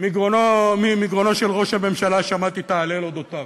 שמגרונו של ראש הממשלה שמעתי את ההלל על אודותיו.